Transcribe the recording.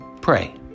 Pray